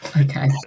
Okay